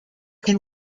can